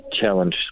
challenge